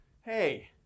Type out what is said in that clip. hey